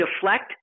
deflect